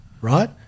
right